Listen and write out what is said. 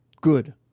Good